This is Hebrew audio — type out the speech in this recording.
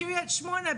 קריית שמונה,